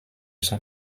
son